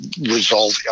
resolve